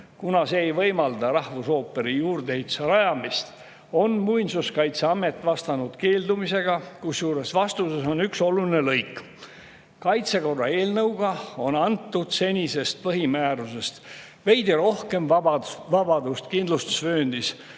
kuna see ei võimalda rahvusooperi juurdeehituse rajamist, on Muinsuskaitseamet vastanud keeldumisega, kusjuures vastuses on üks oluline lõik: kaitsekorra eelnõuga on antud senisest põhimäärusest veidi rohkem vabadust kindlustusvööndis